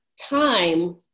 time